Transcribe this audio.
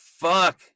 fuck